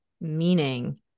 meaning